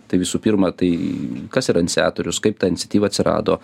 tai visų pirma tai kas yra iniciatorius kaip ta iniciatyva atsirado